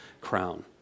crown